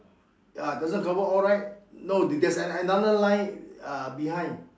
ah doesn't cover all right no there's another line uh behind